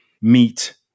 meet